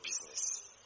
business